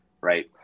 Right